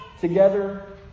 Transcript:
together